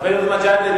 חבר הכנסת מג'אדלה,